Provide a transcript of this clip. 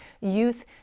youth